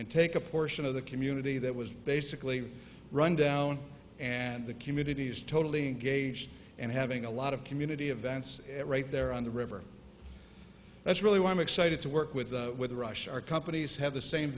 and take a portion of the community that was basically run down and the communities totally engaged and having a lot of community events right there on the river that's really why i'm excited to work with them with a rush our companies have the same